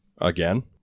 Again